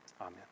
Amen